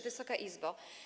Wysoka Izbo!